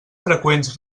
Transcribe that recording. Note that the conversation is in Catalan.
freqüents